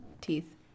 teeth